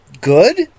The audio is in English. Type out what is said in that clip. good